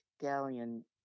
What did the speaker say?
galleon